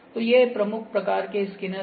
तो ये प्रमुख प्रकार के स्कैनर हैं